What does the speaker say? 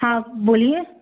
हाँ बोलिए